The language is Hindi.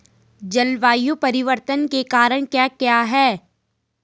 जलवायु परिवर्तन के कारण क्या क्या हैं?